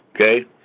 Okay